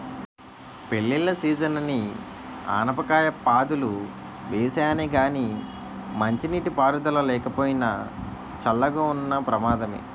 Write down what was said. పెళ్ళిళ్ళ సీజనని ఆనపకాయ పాదులు వేసానే గానీ మంచినీటి పారుదల లేకపోయినా, చల్లగా ఉన్న ప్రమాదమే